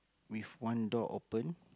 with one door open